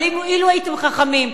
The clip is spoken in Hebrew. אבל אילו הייתם חכמים,